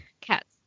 cats